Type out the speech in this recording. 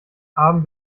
haben